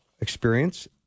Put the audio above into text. experience